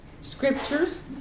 scriptures